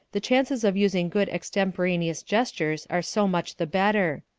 the chances of using good extemporaneous gestures are so much the better.